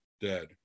dead